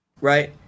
right